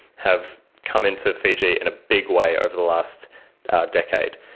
have come into fiji in a big way over the last decade.